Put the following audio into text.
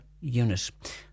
Unit